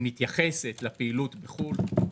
היא מתייחסת לפעילות בחו"ל.